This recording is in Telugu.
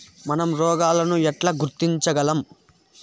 మనం రోగాలను ఎలా గుర్తించగలం?